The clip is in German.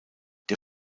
der